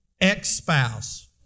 ex-spouse